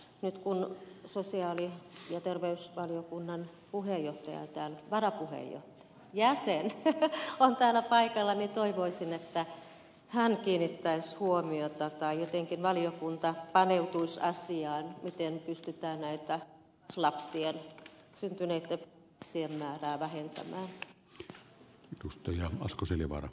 nyt kun sosiaali ja terveysvaliokunnan jäsen on täällä paikalla niin toivoisin että hän kiinnittäisi huomiota tai jotenkin valiokunta paneutuisi siihen miten pystytään näitä lapsiani sintonen silmään ja vähentämällä syntyvien fas lapsien määrää vähentämään